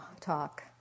talk